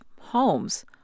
homes